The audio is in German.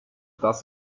das